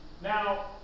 Now